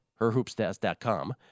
HerHoopStats.com